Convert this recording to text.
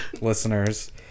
listeners